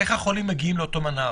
איך החולים מגיעים למנה"ר?